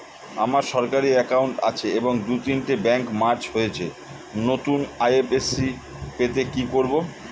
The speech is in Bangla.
আমার সরকারি একাউন্ট আছে এবং দু তিনটে ব্যাংক মার্জ হয়েছে, নতুন আই.এফ.এস.সি পেতে কি করব?